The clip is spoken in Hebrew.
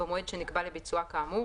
במועד שנקבע לביצועה כאמור,